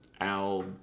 Al